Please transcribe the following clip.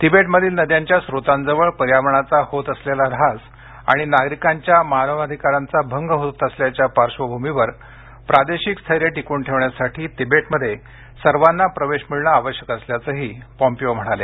तिबेटमधील नद्यांच्या स्रोतांजवळ पर्यावरणाचा होत ऱ्हास असल्याच्या आणि नागरिकांच्या मानवाधिकारांचा भंग होत असल्याच्या पार्श्वभूमीवर प्रादेशिक स्थैर्य टिकवून ठेवण्यासाठी तिबेटमध्ये सर्वांना प्रवेश मिळणे आवश्यक असल्याचं पोम्पिओ म्हणाले